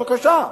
בבקשה,